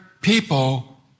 people